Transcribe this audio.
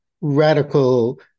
radical